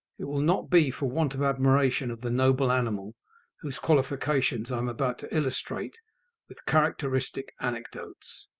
it will not be for want of admiration of the noble animal whose qualifications i am about to illustrate with characteristic anecdotes.